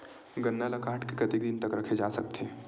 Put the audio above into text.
गन्ना ल काट के कतेक दिन तक रखे जा सकथे?